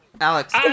Alex